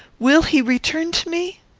will he return to me?